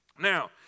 Now